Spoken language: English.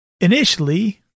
Initially